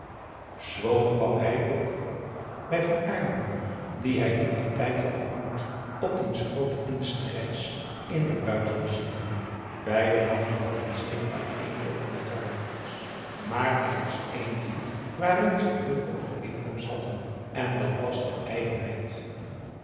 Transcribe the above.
zoo kwam hij ook bij van aardenburg dien hij indertijd had ontmoet op diens groote dienstreis in de buitenbezittingen beide mannen hadden zeer uiteenloopende karakters maar er was één ding waarin ze veel overeenkomst hadden en dat was de